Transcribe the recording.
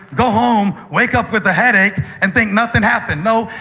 go home, wake up with a headache, and think nothing happened. no,